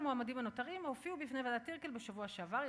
שלושת המועמדים הנותרים הופיעו בפני ועדת טירקל בשבוע שעבר,